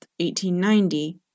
1890